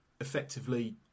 effectively